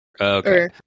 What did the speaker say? Okay